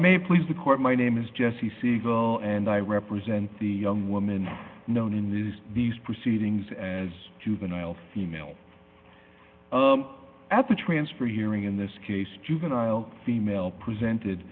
may please the court my name is jesse siegel and i represent the woman known in these these proceedings as juvenile female at the transfer hearing in this case juvenile female presented